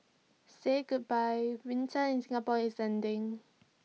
say goodbye winter in Singapore is ending